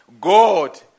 God